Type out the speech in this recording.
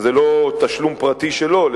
זה לא תשלום פרטי שלו,